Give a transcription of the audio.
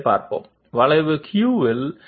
Bi okay so how do we represent this on the formula